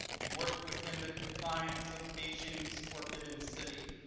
he worked within the confines of beijing's forbidden city,